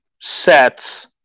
sets